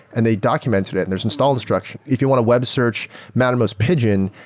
and they documented it and there's install instruction. if you want to web search mattermost pigeon,